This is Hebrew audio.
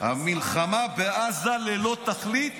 מזמן לא דיברת